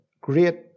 great